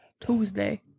Tuesday